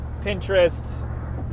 Pinterest